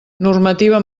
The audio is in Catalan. normativa